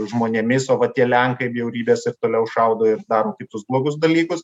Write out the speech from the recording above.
žmonėmis o va tie lenkai bjaurybės ir toliau šaudo ir daro kitus blogus dalykus